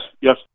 yes